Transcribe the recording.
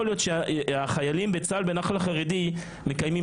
יכול להיות שהחיילים בצה"ל בנח"ל החרדי מקיימים